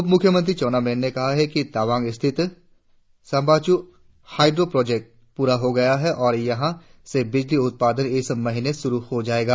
उपमुख्यमंत्री चाउना मैन ने कहा है कि तवांग स्थित सांबाचू हाईड्रो प्रोजेक्ट पूरा हो गया है और यहां से बिजली उत्पादन इस महीने शुरु हो जायेगा